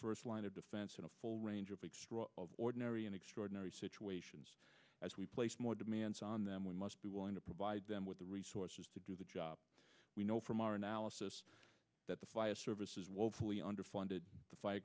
first line of defense in a full range of extra ordinary and extraordinary situations as we place more demands on them we must be willing to provide them with the resources to do the job we know from our analysis that the fire service is woefully underfunded